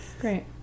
Great